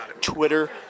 Twitter